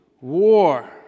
war